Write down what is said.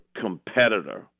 competitor